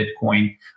Bitcoin